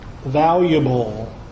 valuable